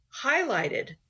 highlighted